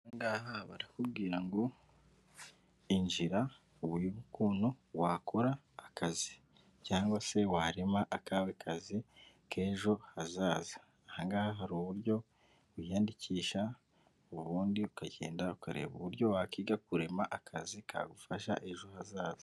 Ahangaha barakubwira ngo injira, urebe ukuntu wakora akazi, cyangwa se warema akawe kazi kejo hazaza, aha ngaha hari uburyo wiyandikisha, ubundi ukagenda ukareba uburyo wakiga kurema akazi kagufasha ejo hazaza.